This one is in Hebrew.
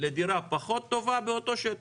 אחרי כמה שנים, לדירה פחות טובה באותו שטח.